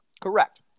Correct